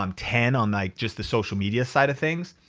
um ten on like just the social media side of things.